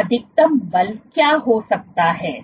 अधिकतम बल क्या हो सकता है